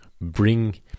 bring